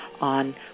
on